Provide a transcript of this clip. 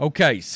Okay